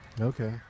Okay